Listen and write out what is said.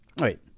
right